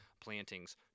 plantings